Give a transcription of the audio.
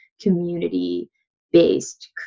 community-based